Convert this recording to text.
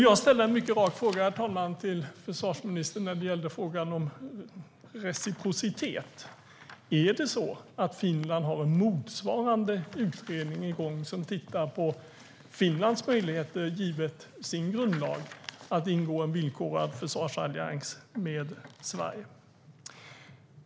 Jag ställde en mycket rak fråga till försvarsministern, herr talman, när det gällde reciprociteten. Är det så att Finland har en motsvarande utredning igång som tittar på Finlands möjligheter, givet dess grundlag, att ingå en villkorad försvarsallians med Sverige?